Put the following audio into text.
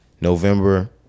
November